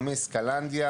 עמיס קלנדיה,